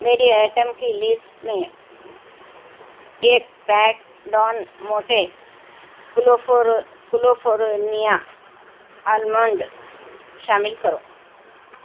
میری آئٹم کی لسٹ میں ایک packet Del Monte California almond شامل کرو